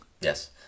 Yes